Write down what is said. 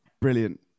brilliant